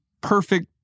perfect